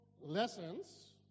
lessons